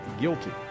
guilty